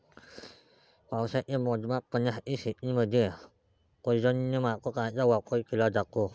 पावसाचे मोजमाप करण्यासाठी शेतीमध्ये पर्जन्यमापकांचा वापर केला जातो